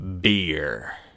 beer